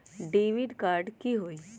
Debit card की होई?